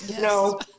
No